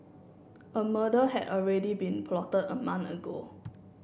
a murder had already been plotted a month ago